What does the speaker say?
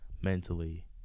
mentally